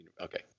Okay